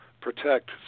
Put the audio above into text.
protect